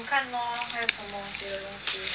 你看 lor 还有什么别的东西